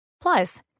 Plus